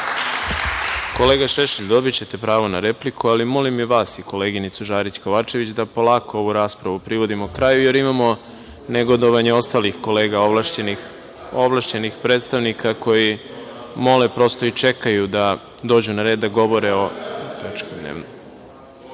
Šešelj, dobićete pravo na repliku, ali molim i vas i koleginicu Žarić Kovačević da polako ovu raspravu privodimo kraju, jer imamo negodovanje ostalih kolega ovlašćenih predstavnika koji mole i čekaju da dođu na red da govore o